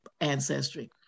ancestry